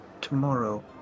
tomorrow